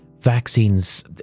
Vaccines